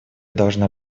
должна